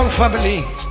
family